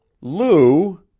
lou